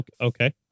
Okay